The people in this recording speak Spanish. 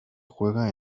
juega